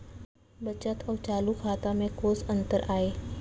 बचत अऊ चालू खाता में कोस अंतर आय?